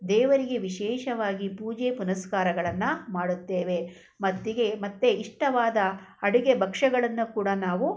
ದೇವರಿಗೆ ವಿಶೇಷವಾಗಿ ಪೂಜೆ ಪುನಸ್ಕಾರಗಳನ್ನು ಮಾಡುತ್ತೇವೆ ಮತ್ತಿಗೆ ಮತ್ತು ಇಷ್ಟವಾದ ಅಡುಗೆ ಭಕ್ಷ್ಯಗಳನ್ನು ಕೂಡ ನಾವು